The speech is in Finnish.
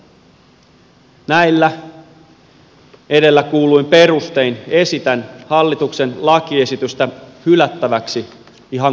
näillä edellä kuulluin perustein esitän hallituksen lakiesitystä hylättäväksi ihan kaikilta osin